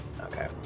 Okay